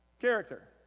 Character